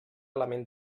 element